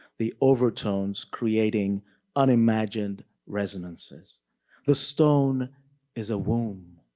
the overtones creating unimagined resonances the stone is a womb,